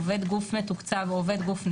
עובד גוף מתוקצב או עובד גוף נתמך,